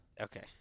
Okay